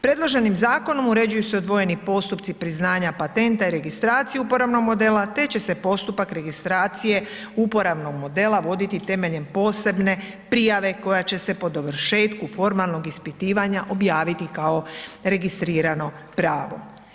Predloženim zakonom uređuju se odvojeni postupci priznanja patenta i registraciju uporabnog modela te će se postupak registracije uporabnog modela voditi temeljem posebne prijave koja će se po dovršetku formalnog ispitivanja objaviti kao registrirano pravo.